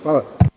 Hvala.